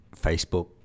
Facebook